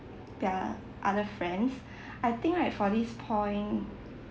their other friends I think right for this point